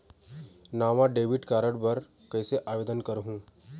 नावा debit card बर कैसे आवेदन करहूं?